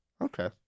Okay